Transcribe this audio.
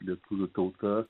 lietuvių tauta